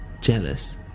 jealous